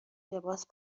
لباس